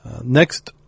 Next